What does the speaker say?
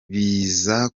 biza